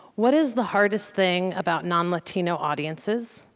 what is the hardest thing about non-latino audiences?